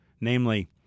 namely